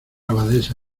abadesa